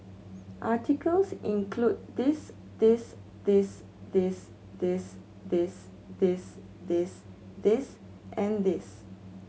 articles include this this this this this this this this this and this